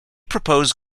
propose